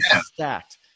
stacked